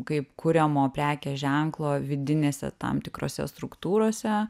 kaip kuriamo prekės ženklo vidinėse tam tikrose struktūrose